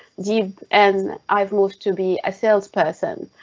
give an i've moved to be a salesperson.